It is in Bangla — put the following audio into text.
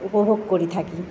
উপভোগ করি থাকি